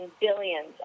billions